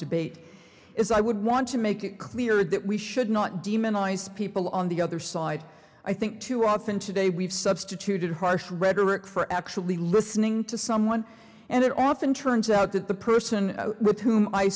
debate is i would want to make it clear that we should not demonize people on the other side i think too often today we've substituted harsh rhetoric for actually listening to someone and it often turns out that the person with whom i